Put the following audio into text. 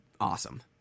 awesome